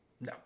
No